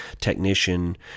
technician